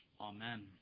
Amen